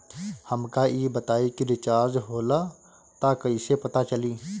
हमका ई बताई कि रिचार्ज होला त कईसे पता चली?